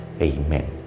Amen